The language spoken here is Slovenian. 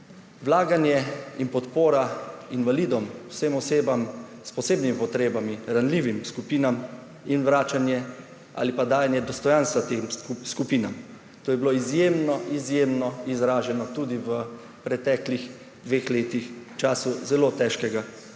Vlaganje in podpora invalidom, vsem osebam s posebnimi potrebami, ranljivim skupinam in vračanje ali pa dajanje dostojanstva tem skupinam – to je bilo izjemno izraženo tudi v preteklih dveh letih v času zelo težkega mandata,